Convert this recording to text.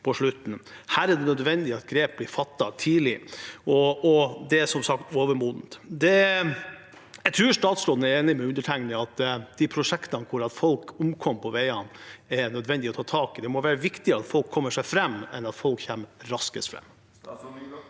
Her er det nødvendig at grep blir tatt tidlig, og det er som sagt overmodent. Jeg tror statsråden er enig med undertegnede i at prosjekter på strekninger der folk omkommer på veiene, er nødvendige å ta tak i. Det må være viktigere at folk kommer seg fram, enn at folk kommer seg